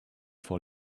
for